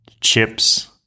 chips